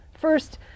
First